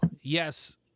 yes